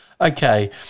Okay